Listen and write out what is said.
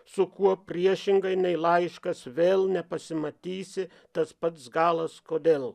su kuo priešingai nei laiškas vėl nepasimatysi tas pats galas kodėl